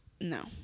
No